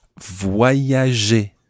voyager